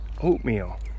oatmeal